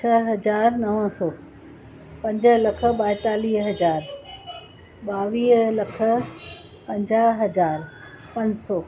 छह हज़ार नौ सौ पंज लख ॿाएतालीह हज़ार ॿावीह लख पंज हज़ार पंज सौ